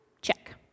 check